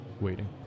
waiting